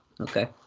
okay